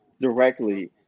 directly